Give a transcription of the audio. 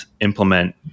implement